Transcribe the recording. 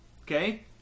Okay